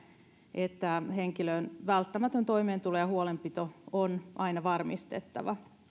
että henkilön välttämätön toimeentulo ja huolenpito aina varmistetaan